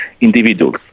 individuals